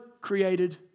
created